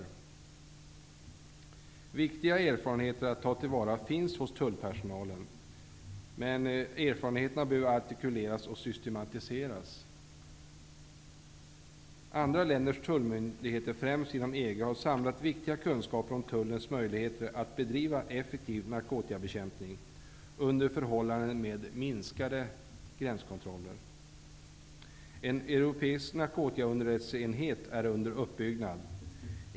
Det finns viktiga erfarenheter att ta till vara hos tullpersonalen, men erfarenheterna behöver artikuleras och systematiseras. Andra länders tullmyndigheter, främst inom EG, har samlat viktiga kunskaper om tullens möjligheter att bedriva effektiv narkotikabekämpning under förhållanden med minskade gränskontroller. En europeisk narkotikaunderrättelseenhet är under uppbyggnad.